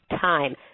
time